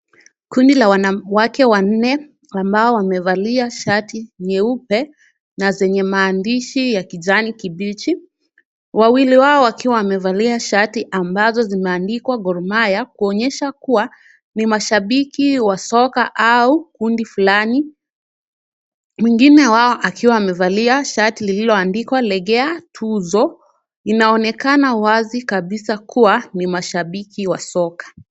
Kundi la wanawake wanne ambao wamevalia shati nyeupe na zenye maandishi ya kijani kibichi, wawili wao wakiwa wamevalia shati ambazo zimeandikwa Gor Mahia, kuonyesha kuwa ni mashabiki wa soka au kundi fulani, mwingine wao akiwa amevalia shati lililoandikwa regea tuzo, inaonekana wazi kabisa kuwa ni mashabiki wa soka.